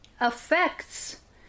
affects